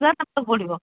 ପୂରା ସାତଶହ ପଡ଼ିବ